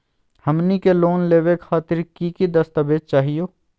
हमनी के लोन लेवे खातीर की की दस्तावेज चाहीयो?